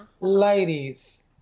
ladies